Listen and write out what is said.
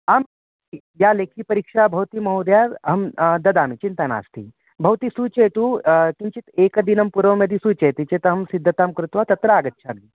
आं या लेखकपरीक्षा भवति महोदया अहं ददामि चिन्ता नास्ति भवती सूचयतु किञ्चित् एकदिनं पूर्वं यदि सूचयति चेत् अहं सिद्धतां कृत्वा तत्र आगच्छामि